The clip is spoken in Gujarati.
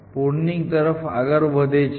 હવે તે કલોઝ લિસ્ટ ના પ્રુનિંગ તરફ આગળ વધે છે